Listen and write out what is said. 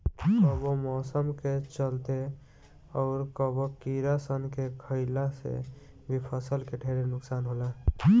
कबो मौसम के चलते, अउर कबो कीड़ा सन के खईला से भी फसल के ढेरे नुकसान होला